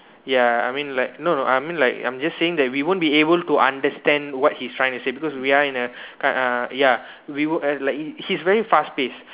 ya I mean like no no I mean like I'm just saying that we won't be able to understand what he's trying to say because we are in a kind uh ya we won't uh like he's very fast paced